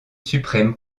suprême